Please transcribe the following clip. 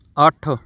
ਅੱਠ